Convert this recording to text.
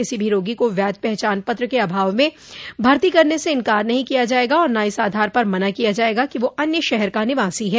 किसी भी रोगी को वैध पहचान पत्र के अभाव में भर्ती करने से इंकार नहीं किया जाएगा और न इस आधार पर मना किया जाएगा कि वह अन्य शहर का निवासी है